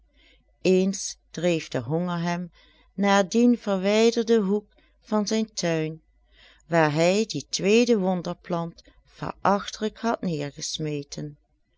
eens dreef de honger hem naar dien verwijderden hoek van zijn tuin waar hij die tweede wonderplant verachtelijk had neergesmeten